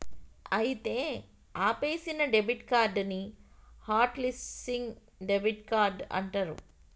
అయితే ఆపేసిన debit card ని హట్ లిస్సింగ్ డెబిట్ కార్డ్ అంటారు